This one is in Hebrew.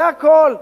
זה הכול.